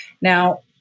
Now